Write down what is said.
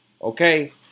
okay